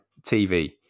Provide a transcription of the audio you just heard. tv